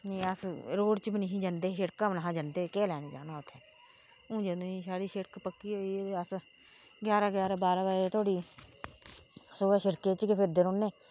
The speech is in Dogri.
नी अस रोड़ च बी नी जंदे हे शिड़का बी नी जंदे हे ते केह् लैन जाना उत्थै हुन जदुआं दी स्हाड़ी शिड़क पक्की होई दी ऐ ते अस ग्यारह ग्यारह बारह बारह बजे धोड़ी सोहै शिड़के च गै फिरदे रौहन्ने